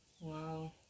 Wow